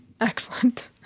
Excellent